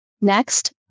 Next